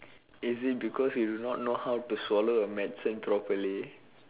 is it because you do not know how to swallow a medicine properly